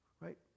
right